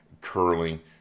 curling